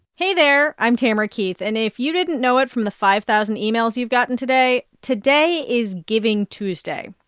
hey there. i'm tamara keith. and if you didn't know it from the five thousand emails you've gotten today, today is giving tuesday.